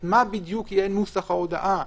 מה יהיה בדיוק נוסח ההודעה,